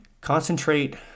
concentrate